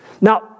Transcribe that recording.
Now